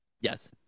Yes